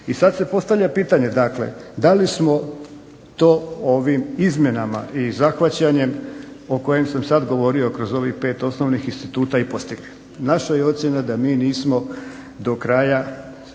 I sada se postavlja pitanje da li smo to ovim izmjenama i zahvaćanjem o kojim sam sada govorio kroz ovih 5 instituta i postigli. Naša je ocjena da mi nismo do kraja